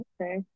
okay